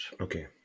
Okay